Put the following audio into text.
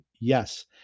Yes